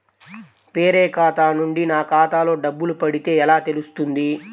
వేరే ఖాతా నుండి నా ఖాతాలో డబ్బులు పడితే ఎలా తెలుస్తుంది?